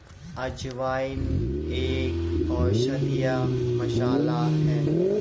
अजवाइन एक औषधीय मसाला है